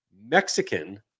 Mexican